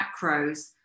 macros